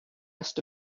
asked